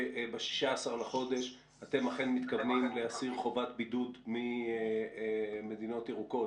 שב-16 בחודש אתם אכן מתכוונים להסיר חובת בידוד ממדינות ירוקות?